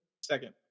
Second